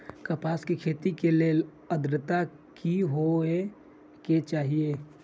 कपास के खेती के लेल अद्रता की होए के चहिऐई?